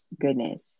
goodness